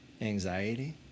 anxiety